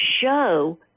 show